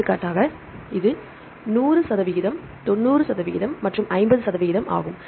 எடுத்துக்காட்டாக இது 100 சதவிகிதம் 90 சதவிகிதம் மற்றும் 50 சதவிகிதம் ஆகும்